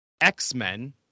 X-Men